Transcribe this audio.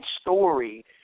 story